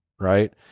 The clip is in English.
right